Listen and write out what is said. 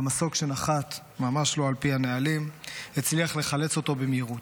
והמסוק שנחת ממש לא על פי הנהלים הצליח לחלץ אותו במהירות.